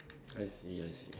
I see I see